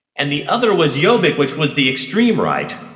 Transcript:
and the other was jobbik, which was the extreme right.